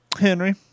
Henry